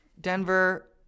Denver